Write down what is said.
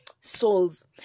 souls